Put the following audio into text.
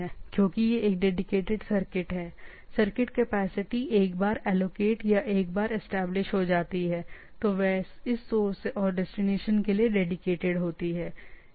तो यह नहीं है क्योंकि यह एक डेडीकेटेड सर्किट है सर्किट कैपेसिटी एक बार एलोकेटेड या एक बार इस्टैबलिश्ड हो जाती है तो वह इस सोर्स और डेस्टिनेशन के लिए डेडीकेटेड है